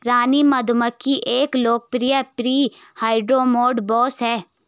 रानी मधुमक्खी एक लोकप्रिय प्री हार्डमोड बॉस है